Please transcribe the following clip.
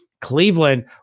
Cleveland